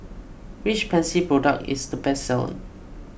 which Pansy product is the best selling